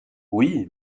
oui